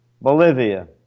Bolivia